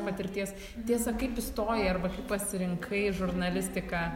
patirties tiesa kaip įstojai arba kaip pasirinkai žurnalistiką